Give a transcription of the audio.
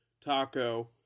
Taco